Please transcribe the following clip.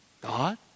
God